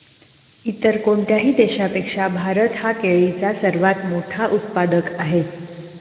इतर कोणत्याही देशापेक्षा भारत हा केळीचा सर्वात मोठा उत्पादक आहे